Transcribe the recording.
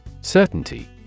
Certainty